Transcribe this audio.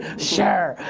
cher,